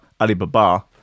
Alibaba